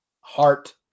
heart